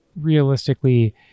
realistically